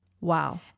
Wow